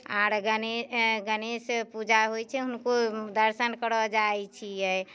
आओर गणेए गणेश पूजा होइ छै हुनको दर्शन करऽ जाइ छियै